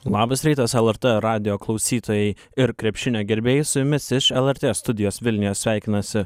labas rytas lrt radijo klausytojai ir krepšinio gerbėjai su jumis iš lrt studijos vilniuje sveikinasi